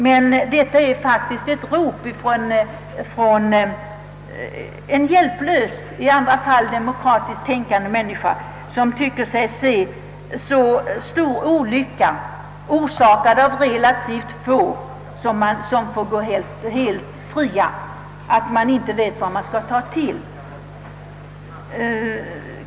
Men det här är faktiskt fråga om ett nödrop från en hjälplös, i andra sammanhang demokratiskt tänkande människa som tycker sig se så stor olycka, orsakad av relativt få personer vilka går helt fria, att hon inte vet vad man skall ta sig till.